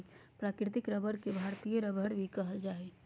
प्राकृतिक रबर के भारतीय रबर भी कहल जा हइ